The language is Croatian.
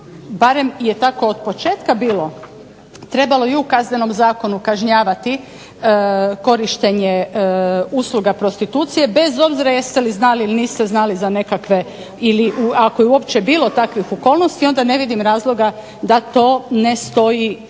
barem je tako od početka bilo, trebalo i u Kaznenom zakonu kažnjavati korištenje usluga prostitucije bez obzira jeste li znali ili niste znali za nekakve ili ako je uopće bilo takvih okolnosti onda ne vidim razloga da to ne stoji u tom